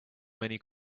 many